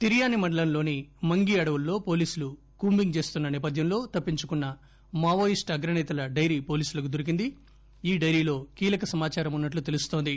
తిర్యాని మండలంలోని మంగీ అడవుల్లో పోలీసులు కూంబింగ్ చేస్తున్న నేపథ్యంలో తప్పించుకున్న మావోయిస్ట్ అగ్రనేతల డైరీ పోలీసులకు దొరికింది ఈ డైరీలో కీలక సమాచారం ఉన్నట్లు తెలుస్తోంది